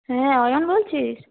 হ্যাঁ অয়ন বলছিস